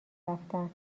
رفتن